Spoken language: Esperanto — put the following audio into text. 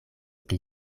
pli